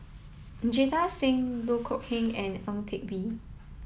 Jita Singh Loh Kok Heng and Ang Teck Bee